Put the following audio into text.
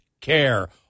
care